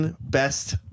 Best